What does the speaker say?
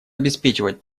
обеспечивать